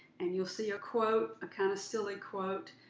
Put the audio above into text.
and you'll see a quote, a kind of silly quote,